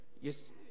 Yes